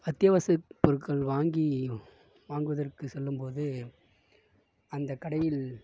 அத்தியாவசிய பொருட்கள் வாங்கி வாங்குவதற்குச் செல்லும்போது அந்தக் கடையில்